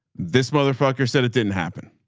this motherfucker said it didn't happen.